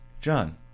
John